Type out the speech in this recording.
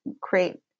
create